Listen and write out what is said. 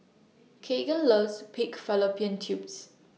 Kegan loves Pig Fallopian Tubes